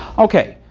ok.